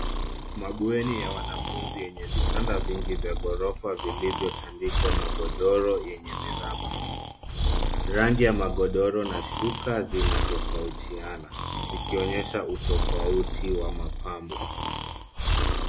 Mabweni ya wanafunzi yenye vitanda vingi vya ghorofa vilivyotandikwa magodoro yenye miraba. Rangi ya magodoro na shuka zinatofautiana, zikionyesha utofauti wa mapambo.